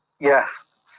yes